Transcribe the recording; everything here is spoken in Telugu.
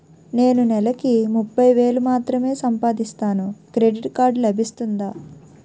నేను నెల కి ముప్పై వేలు మాత్రమే సంపాదిస్తాను క్రెడిట్ కార్డ్ లభిస్తుందా?